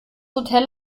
hotel